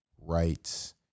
rights